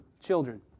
children